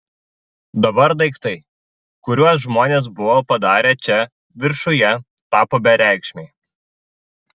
dabar daiktai kuriuos žmonės buvo padarę čia viršuje tapo bereikšmiai